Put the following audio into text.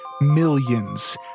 millions